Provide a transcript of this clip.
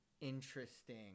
Interesting